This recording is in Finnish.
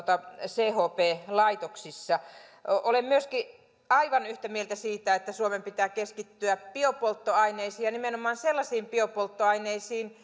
chp laitoksissa olen myöskin aivan yhtä mieltä siitä että suomen pitää keskittyä biopolttoaineisiin ja nimenomaan sellaisiin biopolttoaineisiin